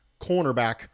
cornerback